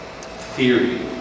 theory